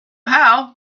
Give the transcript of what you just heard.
how